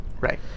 Right